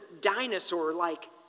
dinosaur-like